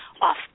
off